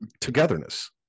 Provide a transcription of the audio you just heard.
togetherness